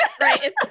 Right